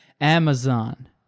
Amazon